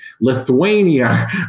Lithuania